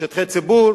בשטחי ציבור,